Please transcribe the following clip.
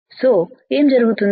so ఏమి జరుగుతుంది